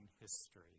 history